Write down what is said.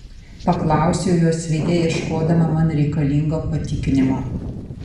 paklausiau jos veide ieškodama man reikalingo patikinimo